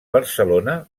barcelona